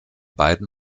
beiden